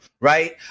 Right